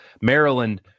Maryland